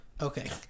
okay